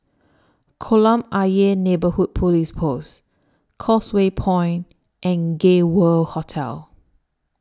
Kolam Ayer Neighbourhood Police Post Causeway Point and Gay World Hotel